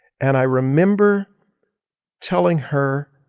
and i remember telling her,